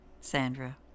Sandra